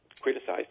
criticized